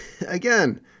again